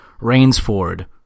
Rainsford